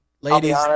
ladies